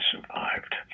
survived